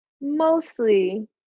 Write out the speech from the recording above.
Mostly